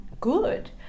good